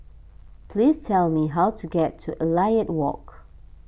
please tell me how to get to Elliot Walk